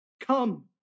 Come